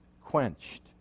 quenched